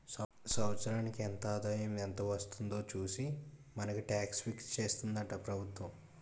సంవత్సరానికి ఎంత ఆదాయం ఎంత వస్తుందో చూసి మనకు టాక్స్ ఫిక్స్ చేస్తుందట ప్రభుత్వం